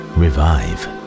revive